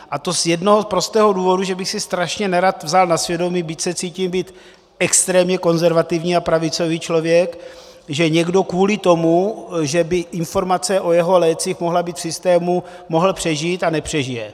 a to z toho prostého důvodu, že bych si strašně nerad vzal na svědomí, byť se cítím být extrémně konzervativní a pravicový člověk, že někdo kvůli tomu, že by informace o jeho lécích mohla být v systému, mohl přežít a nepřežije.